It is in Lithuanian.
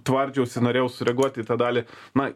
tvardžiausi norėjau sureaguoti į tą dalį na